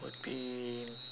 would be